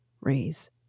raise